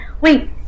wait